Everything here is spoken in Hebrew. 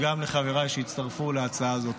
וגם לחבריי שהצטרפו להצעה הזאת.